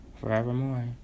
forevermore